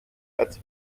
als